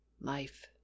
life